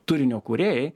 turinio kūrėjai